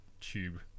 tube